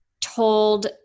told